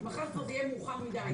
מחר זה כבר יהיה מאוחר מדי.